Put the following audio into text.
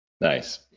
nice